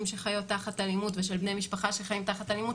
שחיות תחת אלימות ושל בני משפחה שחיים תחת אלימות,